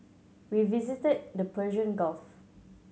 we visited the Persian Gulf